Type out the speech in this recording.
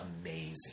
amazing